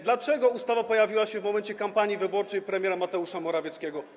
Dlaczego ustawa pojawiła się w momencie kampanii wyborczej premiera Mateusza Morawieckiego?